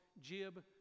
Jib